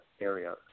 area